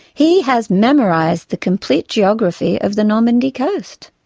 he has memorised the complete geography of the normandy coast.